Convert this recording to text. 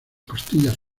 costillas